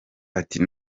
ati